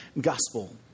gospel